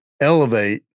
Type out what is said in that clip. elevate